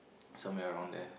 somewhere around there